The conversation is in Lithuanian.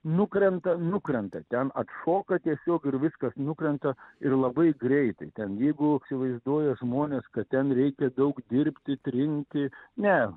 nukrenta nukrenta ten atšoka tiesiog ir viskas nukrenta ir labai greitai ten jeigu įsivaizduoja žmonės kad ten reikia daug dirbti trinti ne